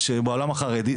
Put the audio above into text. בעולם החרדי.